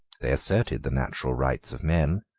they asserted the natural rights of men,